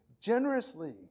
generously